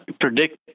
predict